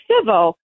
civil